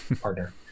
partner